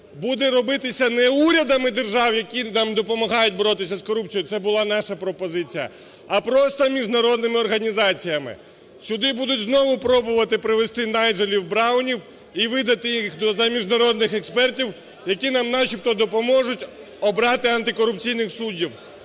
буде робитися не урядами держав, які там допомагають боротися з корупцією, це була наша пропозиція, а просто міжнародними організаціями. Сюди будуть знову пробувати привести "найджелів браунів" і видати їх за міжнародних експертів, які нам начебто допоможуть антикорупційних суддів.